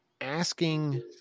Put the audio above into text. asking